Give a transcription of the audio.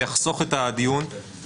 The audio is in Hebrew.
זה יחסוך את הדיון,